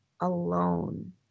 alone